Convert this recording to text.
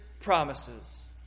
promises